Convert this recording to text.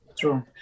True